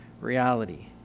reality